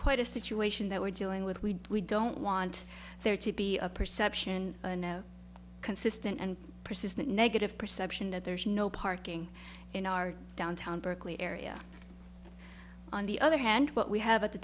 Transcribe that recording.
quite a situation that we're dealing with we don't want there to be a perception no consistent and persistent negative perception that there is no parking in our downtown berkeley area on the other hand what we have at the